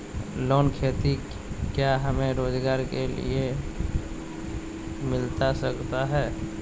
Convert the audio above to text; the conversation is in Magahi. लोन खेती क्या हमें रोजगार के लिए मिलता सकता है?